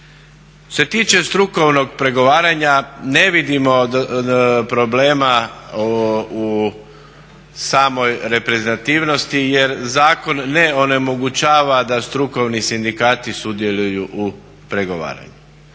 se tiče strukovnog pregovaranja ne vidimo problema u samoj reprezentativnosti jer zakon ne onemogućava da strukovni sindikati sudjeluju u pregovaranju.